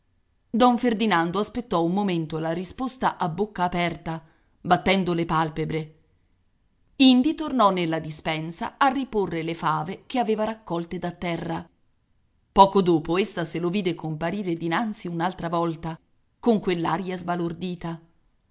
don ferdinando aspettò un momento la risposta a bocca aperta battendo le palpebre indi tornò nella dispensa a riporre le fave che aveva raccolte da terra poco dopo essa se lo vide comparire dinanzi un'altra volta con quell'aria sbalordita